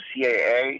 CAA